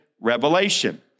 revelation